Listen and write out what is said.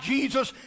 Jesus